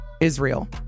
Israel